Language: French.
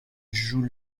joue